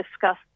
discussed